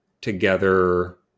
together